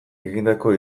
egindako